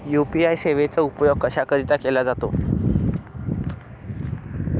UPI सेवेचा उपयोग कशाकरीता केला जातो?